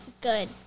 Good